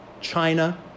China